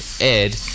Ed